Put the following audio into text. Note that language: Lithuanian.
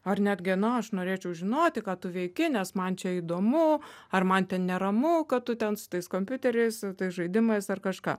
ar netgi na aš norėčiau žinoti ką tu veiki nes man čia įdomu ar man ten neramu kad tu ten su tais kompiuteriais su tais žaidimais ar kažką